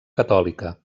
catòlica